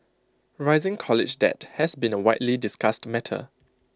rising college debt has been A widely discussed matter